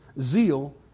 zeal